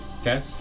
Okay